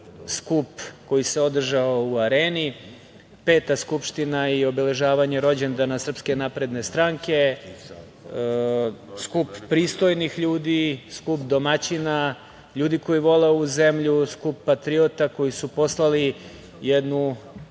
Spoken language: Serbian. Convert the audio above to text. skup koji se održao u Areni, peta skupština i obeležavanje rođendana SNS, skup pristojnih ljudi, skup domaćina, ljudi koji vole ovu zemlju, skup patriota koji su poslali jednu